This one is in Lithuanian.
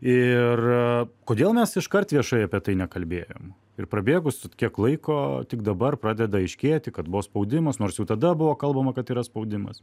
ir kodėl mes iškart viešai apie tai nekalbėjom ir prabėgus kiek laiko tik dabar pradeda aiškėti kad buvo spaudimas nors jau tada buvo kalbama kad tai yra spaudimas